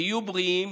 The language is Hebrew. תהיו בריאים.